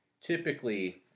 typically